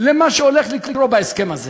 ממה שהולך לקרות בהסכם הזה